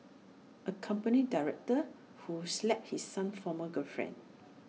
A company director who slapped his son's former girlfriend